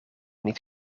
niet